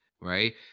right